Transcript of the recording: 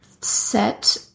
set